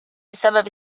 بسبب